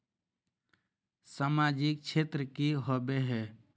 सामाजिक क्षेत्र की होबे है?